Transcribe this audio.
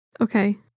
okay